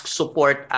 support